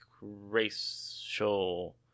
racial